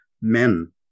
men